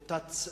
או תת,